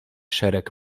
szereg